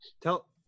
Tell